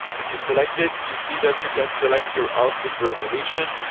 if you select it, you see that you can select your output resolution,